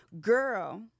Girl